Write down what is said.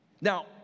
Now